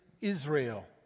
Israel